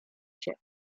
się